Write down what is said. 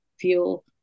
feel